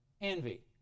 envy